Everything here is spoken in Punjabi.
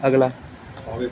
ਅਗਲਾ